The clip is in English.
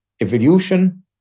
evolution